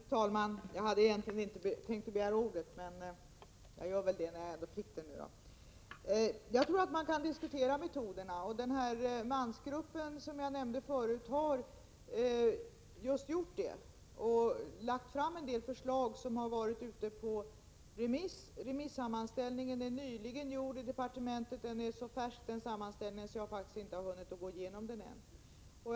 Fru talman! Jag hade inte tänkt begära ordet, men eftersom jag ändå fick ordet kan jag göra ett kort inlägg. Jag tror att man kan diskutera metoderna. Mansgruppen, som jag nämnde förut, har gjort det och lagt fram en del förslag, som har varit ute på remiss. Remissammanställningen är nyligen gjord i departementet. Den är så färsk att jag faktiskt inte har hunnit gå igenom den ännu.